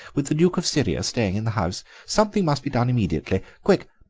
with the duke of syria staying in the house. something must be done immediately. quick,